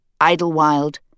Idlewild